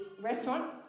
restaurant